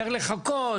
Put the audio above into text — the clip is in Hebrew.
צריך לחכות?